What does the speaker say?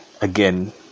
Again